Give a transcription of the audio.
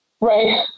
Right